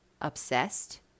obsessed